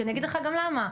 אני אגיד לך גם למה: